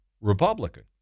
Republican